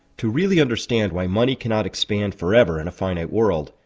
to really understand why money cannot expand forever in a finite world,